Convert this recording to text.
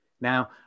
Now